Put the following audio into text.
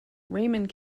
raymond